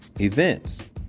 events